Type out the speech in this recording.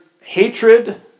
hatred